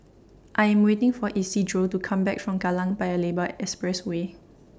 I Am waiting For Isidro to Come Back from Kallang Paya Lebar Expressway